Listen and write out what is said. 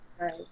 right